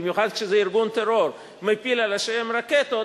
במיוחד כשזה ארגון טרור שמפיל על האנשים רקטות,